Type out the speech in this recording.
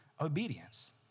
obedience